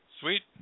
Sweet